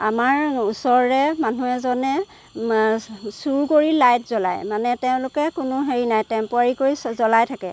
আমাৰ ওচৰৰে মানুহ এজনে মা চুৰ কৰি লাইট জ্বলাই মানে তেওঁলোকে কোনো হেৰি নাই টেম্পোৰাৰী কৰি জ্বলাই থাকে